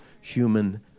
human